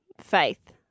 faith